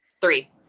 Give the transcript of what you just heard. Three